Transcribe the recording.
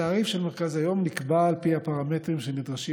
התעריף של מרכז היום נקבע על פי הפרמטרים שנדרשים